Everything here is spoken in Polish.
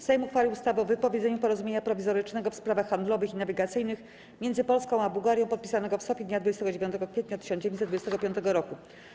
Sejm uchwalił ustawę o wypowiedzeniu Porozumienia Prowizorycznego w sprawach handlowych i nawigacyjnych między Polską a Bułgarją, podpisanego w Sofji dnia 29 kwietnia 1925 roku.